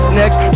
next